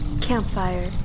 Campfire